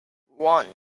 one